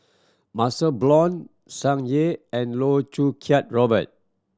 MaxLe Blond Tsung Yeh and Loh Choo Kiat Robert